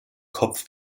kopf